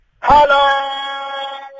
Hello